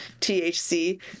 THC